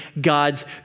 God's